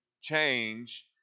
change